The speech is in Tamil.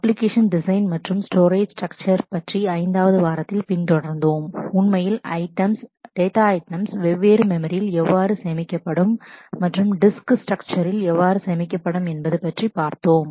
அப்ளிகேஷன் டிசைன் மற்றும் ஸ்டோரேஜ் ஸ்ட்ரக்சர் பற்றி 5 வது வாரத்தில் பின்தொடர்ந்தோம் உண்மையில் ஐட்டம்ஸ் டேட்டா ஐட்டம்ஸ் வெவ்வேறு மெமரியில் எவ்வாறு சேமிக்கப்படும் மற்றும் டிஸ்க் ஸ்ட்ரக்சரில் எவ்வாறு சேமிக்கப்படும் என்பது பற்றி பார்த்தோம்